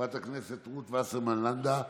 חברת הכנסת רות וסרמן לנדה,